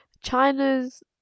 China's